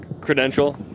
Credential